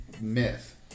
myth